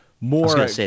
more